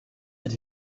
that